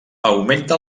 augmenta